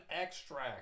extract